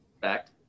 fact